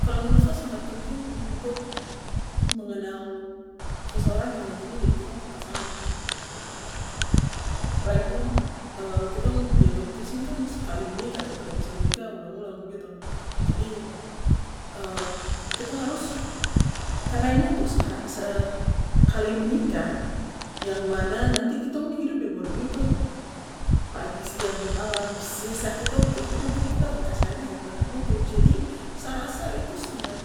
Kalo menurut sa sangat penting untuk mengenal seseorang yang nanntinya jadi kitong pu pasangan hidup begitu apalagi kitong di agama kristen skali menikah toh atau tra bisa menikah ulang ulang begitu jadi kitong harus karna ini untuk sekali sekali menikah yang mana nanti kitong nih hidup deng orang itu pagi siang malam sesakit tong pu hidup ini kita akan kasih habis dengan orang itu jadi sa rasa itu sangat